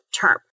term